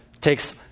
takes